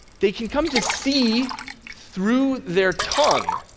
they can come to see through their tongue.